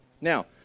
Now